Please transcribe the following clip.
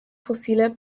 fossiler